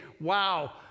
wow